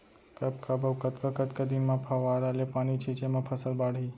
कब कब अऊ कतका कतका दिन म फव्वारा ले पानी छिंचे म फसल बाड़ही?